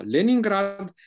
Leningrad